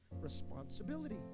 responsibility